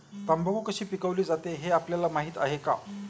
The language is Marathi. तंबाखू कशी पिकवली जाते हे आपल्याला माहीत आहे का?